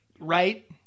right